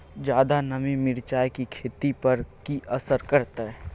ज्यादा नमी मिर्चाय की खेती पर की असर करते?